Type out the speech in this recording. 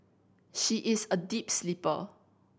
she is a deep sleeper